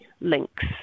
links